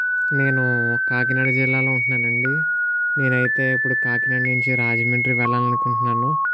నేను కాకినాడ జిల్లాలో ఉంటున్నానండి నేనైతే ఇప్పుడు కాకినాడ నుంచి రాజమండ్రి వెళ్ళాలి అనుకుంటున్నాను సో